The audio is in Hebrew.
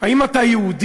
האם אתה יהודי?